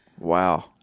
Wow